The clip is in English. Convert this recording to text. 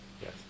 Yes